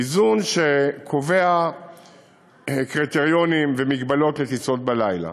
איזון שקובע קריטריונים ומגבלות לטיסות בלילה.